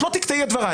את לא תקטעי את דבריי.